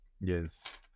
yes